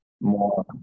more